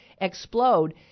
explode